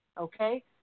okay